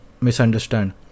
misunderstand